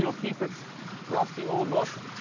you know keep its rusty old looks,